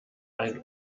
ein